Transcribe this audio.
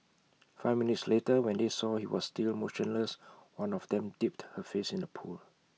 five minutes later when they saw he was still motionless one of them dipped her face in the pool